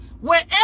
Wherever